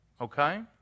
Okay